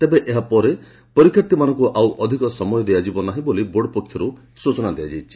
ତେବେ ଏହାପରେ ପରୀକ୍ଷାର୍ଥୀମାନଙ୍ଙ୍ ଅଧିକ ସମୟ ଦିଆଯିବ ନାହିଁ ବୋଲି ବୋର୍ଡ ପକ୍ଷରୁ ସୂଚନା ଦିଆଯାଇଛି